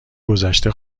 گذشته